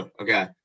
Okay